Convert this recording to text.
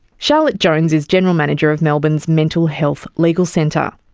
charlotte jones is general manager of melbourne's mental health legal centre.